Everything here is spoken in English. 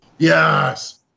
yes